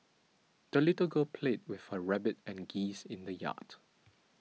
the little girl played with her rabbit and geese in the yard